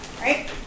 Right